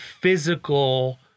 physical